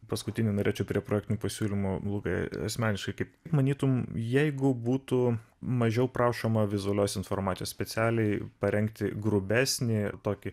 paskutinį norėčiau prie projektinių pasiūlymų lukai asmeniškai kaip manytum jeigu būtų mažiau prašoma vizualios informacijos specialiai parengti grubesnį tokį